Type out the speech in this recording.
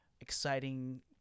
exciting